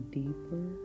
deeper